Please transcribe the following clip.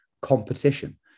competition